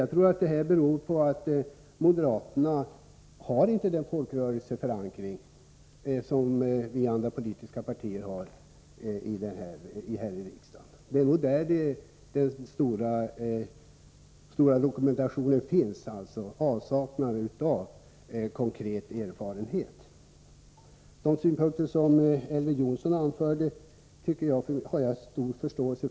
Jag tror inte att moderaterna har den folkrörelseförankring som övriga politiska partier i Sveriges riksdag har. Att man resonerar som man gör beror nog på just avsaknaden av verklig erfarenhet. Jag har stor förståelse för de synpunkter som Elver Jonsson anlade.